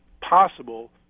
possible